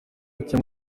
ariko